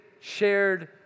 shared